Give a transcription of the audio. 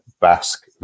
Basque